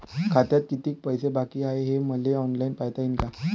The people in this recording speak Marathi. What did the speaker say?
खात्यात कितीक पैसे बाकी हाय हे मले ऑनलाईन पायता येईन का?